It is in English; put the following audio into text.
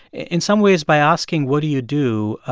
in some ways, by asking what do you do,